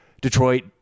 Detroit